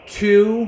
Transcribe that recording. two